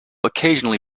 occasionally